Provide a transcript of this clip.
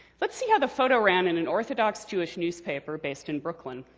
let's see how the photo ran in an orthodox jewish newspaper based in brooklyn.